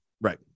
Right